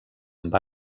amb